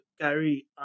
Gary